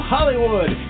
Hollywood